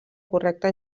correcta